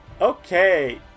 Okay